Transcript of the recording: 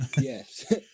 Yes